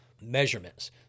measurements